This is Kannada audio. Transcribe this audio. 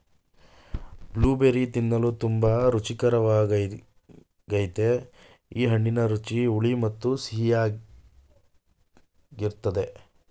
ಬ್ಲೂಬೆರ್ರಿ ತಿನ್ನಲು ತುಂಬಾ ರುಚಿಕರ್ವಾಗಯ್ತೆ ಈ ಹಣ್ಣಿನ ರುಚಿ ಹುಳಿ ಮತ್ತು ಸಿಹಿಯಾಗಿರ್ತದೆ